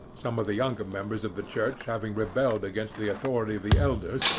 some of the younger members of the church having rebelled against the authority of the elders,